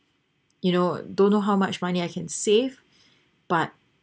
you know don't know how much money I can save but